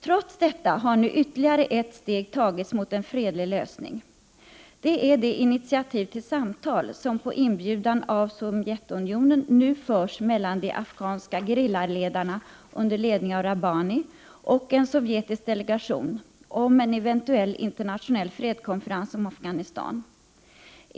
Trots detta har nu ytterligare ett steg tagits mot en fredlig lösning. Det gäller då initiativ till samtal. På Sovjetunionens inbjudan förs nu alltså samtal mellan de afghanska gerillaledarna, under ledning av Rabbani, och en sovjetisk delegation om en eventuell internationell fredskonferens när det gäller Afghanistan.